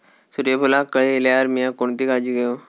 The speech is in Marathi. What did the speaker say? सूर्यफूलाक कळे इल्यार मीया कोणती काळजी घेव?